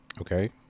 Okay